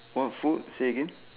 what food say again